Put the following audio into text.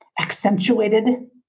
accentuated